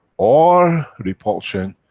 or repulsion,